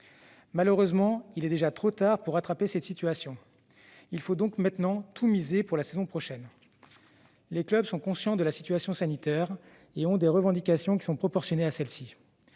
Malheureusement, il est déjà trop tard pour rattraper cette situation. Il faut donc maintenant tout miser sur la saison prochaine. Les clubs sont conscients de la situation sanitaire et leurs revendications sont proportionnées à celle-ci.